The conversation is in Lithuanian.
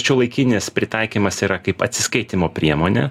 šiuolaikinis pritaikymas yra kaip atsiskaitymo priemonė